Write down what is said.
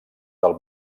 del